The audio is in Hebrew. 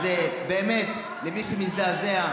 אז באמת, למי שמזדעזע,